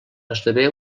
esdevé